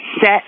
Set